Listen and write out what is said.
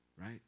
right